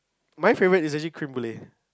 my favourite is actually creme brulee